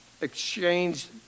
exchange